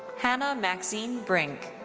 hannah maxine brink.